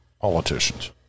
politicians